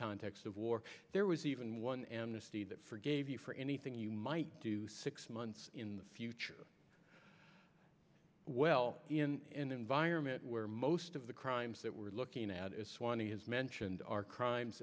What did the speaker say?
context of war there was even one amnesty that forgave you for anything you might do six months in the future well in vironment where most of the crimes that we're looking at as swanny is mentioned are crimes